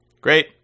great